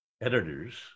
editors